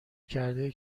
کرده